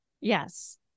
Yes